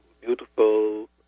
beautiful